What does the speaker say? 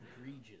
Egregious